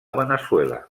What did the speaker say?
veneçuela